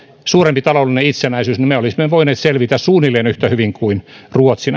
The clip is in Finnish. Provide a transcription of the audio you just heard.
suurempi taloudellinen itsenäisyys niin me olisimme voineet selvitä näiden vaikeuksien yli suunnilleen yhtä hyvin kuin ruotsi